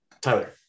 Tyler